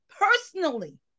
personally